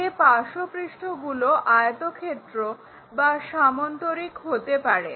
যে পার্শ্বপৃষ্ঠগুলো আয়তক্ষেত্র বা সামান্তরিক হতে পারে